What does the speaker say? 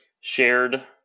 shared